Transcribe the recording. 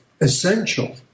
essential